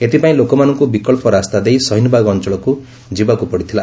ଏଥିପାଇଁ ଲୋକମାନଙ୍କୁ ବିକଳ୍ପ ରାସ୍ତା ଦେଇ ସହୀନବାଗ ଅଞ୍ଚଳକୁ ଯିବାକୁ ପଡ଼ିଥିଲା